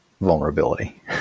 vulnerability